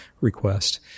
request